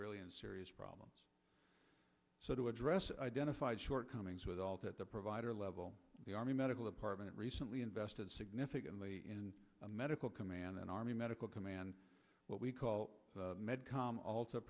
really in serious problems so to address identified shortcomings with all that the provider level the army medical department recently invested significantly in a medical command and army medical command what we call medcom alter